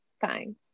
Fine